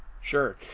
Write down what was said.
Sure